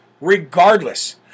Regardless